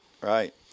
right